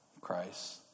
Christ